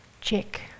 Check